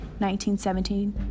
1917